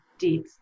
deep